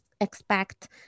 expect